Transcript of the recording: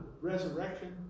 resurrection